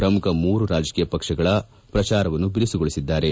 ಪ್ರಮುಖ ಮೂರು ರಾಜಕೀಯ ಪಕ್ಷಗಳು ಪ್ರಚಾರವನ್ನು ಬಿರುಸುಗೊಳಿಸಿದ್ದಾರೆ